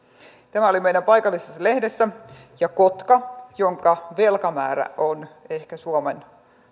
tämä oli meidän paikallisessa lehdessämme ja kotka jonka velkamäärä on ehkä suomen